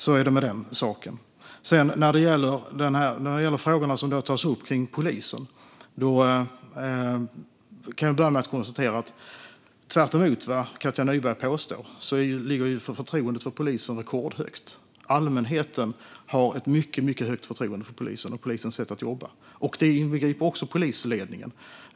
Så är det med den saken. När det sedan gäller de frågor som tas upp kring polisen kan jag börja med att konstatera att tvärtemot vad Katja Nyberg påstår ligger förtroendet för polisen rekordhögt. Allmänheten har ett mycket högt förtroende för polisen och polisens sätt att jobba. Det inbegriper också polisledningen.